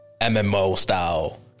MMO-style